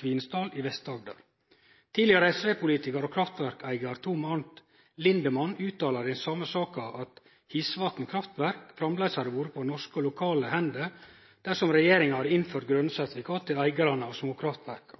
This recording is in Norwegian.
Kvinesdal i Vest-Agder. Tidlegare SV-politikar og kraftverkseigar, Tom Arnt Lindemann, uttaler i den same saka at Hisvatn Kraftverk framleis hadde vore på norske og lokale hender dersom regjeringa hadde innført grøne sertifikat til eigarane av småkraftverka.